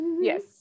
yes